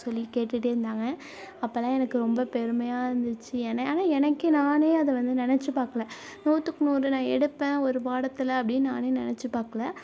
சொல்லி கேட்டுகிட்டே இருந்தாங்க அப்போலாம் எனக்கு ரொம்ப பெருமையாக இருந்துச்சு ஆனால் எனக்கு நானே அதை நினச்சு பார்க்கல நூற்றுக்கு நூறு நான் எடுப்பேன் ஒரு பாடத்தில் அப்படின்னு நானே நினச்சி பார்க்கல